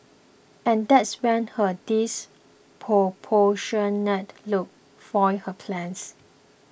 and that's when her disproportionate look foiled her plans